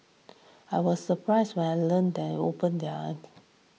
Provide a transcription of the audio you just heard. I was surprised when I learnt they open their